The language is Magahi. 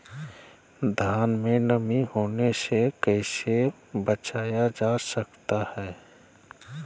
धान में नमी होने से कैसे बचाया जा सकता है?